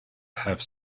have